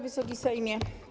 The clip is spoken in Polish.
Wysoki Sejmie!